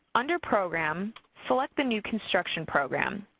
under program, select the new construction program.